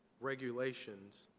regulations